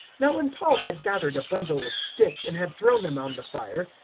now, when paul had gathered a bundle of sticks and had thrown them on the fire,